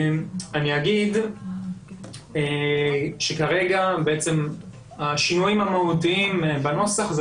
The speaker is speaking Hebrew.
אני אגיד שכרגע השינויים המהותיים בנוסח זה